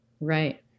Right